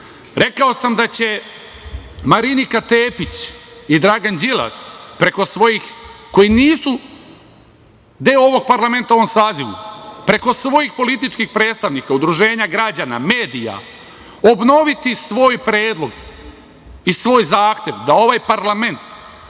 Rekao sam da će Marinika Tepić i Dragan Đilas preko svojih, koji nisu deo ovog parlamenta u ovom sazivu, preko svojih političkih predstavnika, udruženja građana, medija obnoviti svoj predlog i svoj zahtev da ovaj parlament